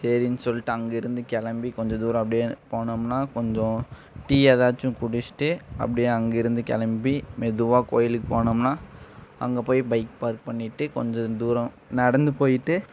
சரின்னு சொல்லிட்டு அங்கிருந்து கிளம்பி கொஞ்சம் தூரம் அப்படியே போனோம்னால் கொஞ்சம் டீ ஏதாச்சும் குடிச்சிட்டு அப்படியே அங்கிருந்து கெளம்பி மெதுவா கோயிலுக்கு போனோம்னால் அங்கே போய் பைக் பார்க் பண்ணிட்டு கொஞ்சம் தூரம் நடந்து போயிட்டு